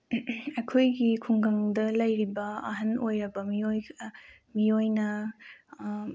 ꯑꯩꯈꯣꯏꯒꯤ ꯈꯨꯡꯒꯪꯗ ꯂꯩꯔꯤꯕ ꯑꯍꯜ ꯑꯣꯏꯔꯕ ꯃꯤꯑꯣꯏꯅ